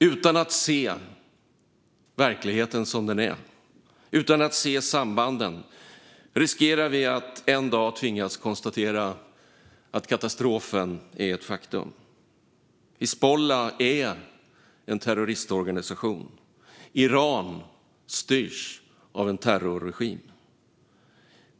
Utan att se verkligheten som den är, utan att se sambanden, riskerar vi att en dag tvingas konstatera att katastrofen är ett faktum. Hizbullah är en terroristorganisation. Iran styrs av en terrorregim.